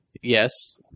Yes